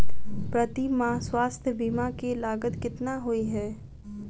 प्रति माह स्वास्थ्य बीमा केँ लागत केतना होइ है?